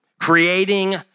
creating